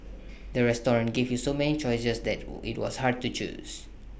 the restaurant gave so many choices that IT was hard to choose